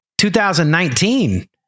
2019